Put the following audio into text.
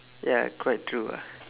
ya quite true ah